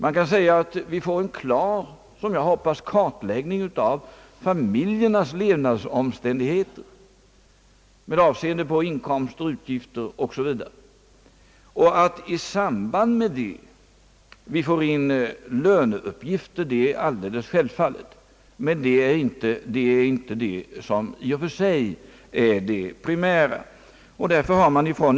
Man får en, såsom jag hoppas, klar kartläggning av familjernas levnadsomständigheter med avseende på inkomster, utgifter o. s. v. och får självfallet i samband med detta också in löneuppgifter. Men det är inte detta som i och för sig är det primära.